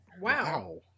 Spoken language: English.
Wow